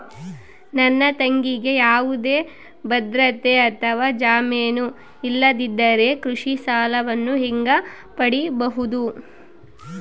ನನ್ನ ತಂಗಿಗೆ ಯಾವುದೇ ಭದ್ರತೆ ಅಥವಾ ಜಾಮೇನು ಇಲ್ಲದಿದ್ದರೆ ಕೃಷಿ ಸಾಲವನ್ನು ಹೆಂಗ ಪಡಿಬಹುದು?